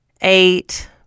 eight